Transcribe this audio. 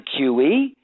QE